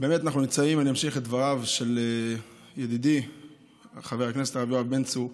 אני אמשיך את דבריו של ידידי חבר הכנסת הרב יואב בן צור.